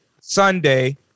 Sunday